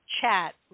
chat